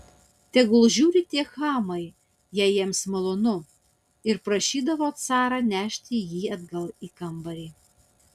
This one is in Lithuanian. tegul žiūri tie chamai jei jiems malonu ir prašydavo carą nešti jį atgal į kambarį